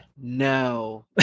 no